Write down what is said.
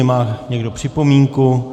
Má někdo připomínku?